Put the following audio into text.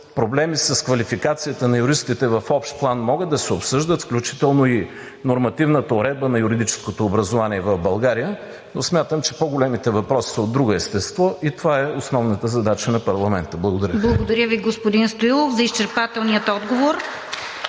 проблемите с квалификацията на юристите в общ план могат да се обсъждат, включително и нормативната уредба на юридическото образование в България, но смятам, че по-големите въпроси са от друго естество и това е основната задача на парламента. Благодаря Ви. ПРЕДСЕДАТЕЛ РОСИЦА КИРОВА: Благодаря Ви, господин Стоилов, за изчерпателния отговор.